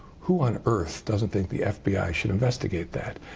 who on earth doesn't think the fbi should investigate that?